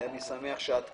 אני שמח שאת כאן,